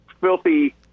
filthy